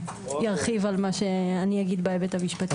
ירחיב על מה שאני אגיד בהיבט המשפטי.